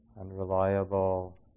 unreliable